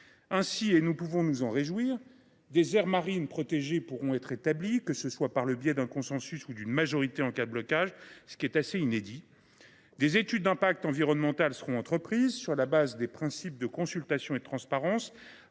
Ainsi, et nous pouvons nous en réjouir, des aires marines protégées pourront être créées, que ce soit par le biais d’un consensus ou d’une majorité en cas de blocage, ce qui est assez inédit. Des études d’impact environnemental seront effectuées, sur la base des principes de consultation et de transparence,